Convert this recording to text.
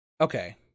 Okay